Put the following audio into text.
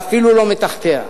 ואפילו לא מתחתיה.